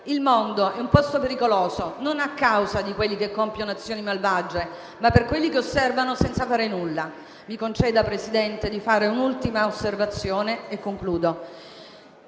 «Il mondo è un posto pericoloso, non a causa di quelli che compiono azioni malvagie, ma per quelli che osservano senza fare nulla». Mi conceda, Presidente, di fare un'ultima osservazione. Tengo